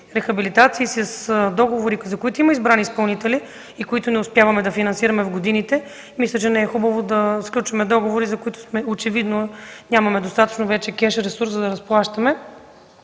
с договори, за които има избрани изпълнители и които не успяваме да финансираме в годините. Мисля, че не е хубаво да сключваме договори, за които нямаме достатъчно кеш ресурс, за да се разплащаме.